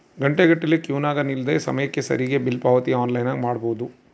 ಘಂಟೆಗಟ್ಟಲೆ ಕ್ಯೂನಗ ನಿಲ್ಲದೆ ಸಮಯಕ್ಕೆ ಸರಿಗಿ ಬಿಲ್ ಪಾವತಿ ಆನ್ಲೈನ್ನಾಗ ಮಾಡಬೊದು